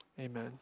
Amen